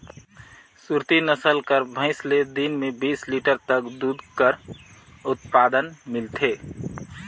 सुरती नसल कर भंइस ले दिन में बीस लीटर तक दूद कर उत्पादन मिलथे